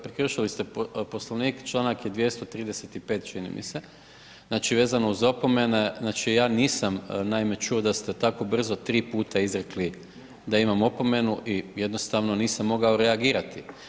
Prekršili ste Poslovnik, čl. 235. čini mi se, znači, vezano uz opomene, znači, ja nisam naime čuo da ste tako brzo tri puta izrekli da imam opomenu i jednostavno nisam mogao reagirati.